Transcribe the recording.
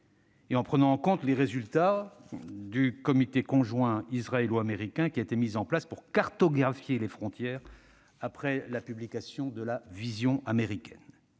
et en prenant en compte les résultats du comité conjoint israélo-américain qui a été mis en place pour cartographier les frontières, après la publication de la « vision » américaine.